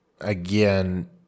again